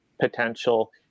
potential